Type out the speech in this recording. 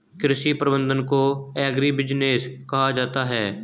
कृषि प्रबंधन को एग्रीबिजनेस कहा जाता है